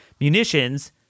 munitions